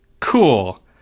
Cool